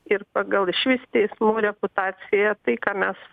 ir pagal išvis teismų reputaciją tai ką mes